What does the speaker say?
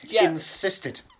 insisted